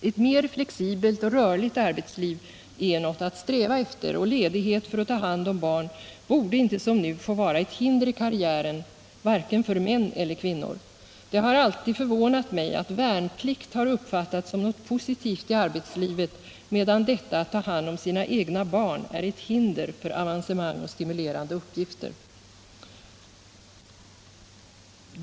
Ett mer flexibelt och rörligt arbetsliv är något att sträva efter, och ledighet för att ta hand om barn borde inte som nu få vara ett hinder i karriären för vare sig män eller kvinnor. Det har alltid förvånat mig att värnplikt har uppfattats som något positivt i arbetslivet, medan detta att ta hand om sina egna barn är ett hinder för avancemang och stimulerande uppgifter.